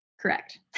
Correct